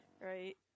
Right